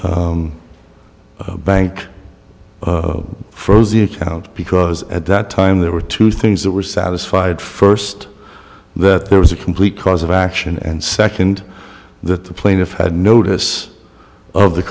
the bank froze the account because at that time there were two things that were satisfied first that there was a complete cause of action and second that the plaintiff had notice of the